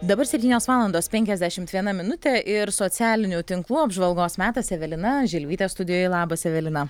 dabar septynios valandos penkiasdešim viena minutė ir socialinių tinklų apžvalgos metas evelina želvytė studijoje labas evelina